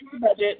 budget